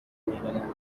دیدن